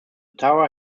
tower